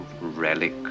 relic